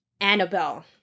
Annabelle